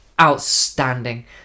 Outstanding